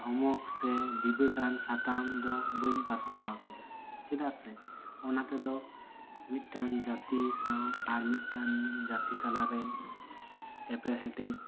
ᱫᱷᱚᱢᱚᱠ ᱥᱮ ᱵᱤᱵᱟᱹᱫᱷᱟᱱ ᱥᱟᱛᱟᱢ ᱫᱚ ᱵᱟᱹᱧ ᱯᱟᱥᱱᱟᱣ ᱠᱟᱫᱟ ᱪᱮᱫᱟᱜ ᱥᱮ ᱚᱱᱟ ᱛᱮᱫᱚ ᱢᱤᱫᱴᱟᱱ ᱡᱟᱹᱛᱤ ᱥᱟᱶ ᱟᱨ ᱢᱤᱫᱴᱟᱱ ᱡᱟᱹᱛᱤ ᱛᱟᱞᱟ ᱨᱮ ᱮᱯᱮᱨᱦᱮᱸᱰᱮᱡ